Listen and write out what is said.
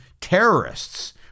terrorists